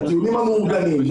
הטיולים המאורגנים,